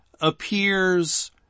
appears